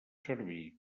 servir